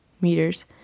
meters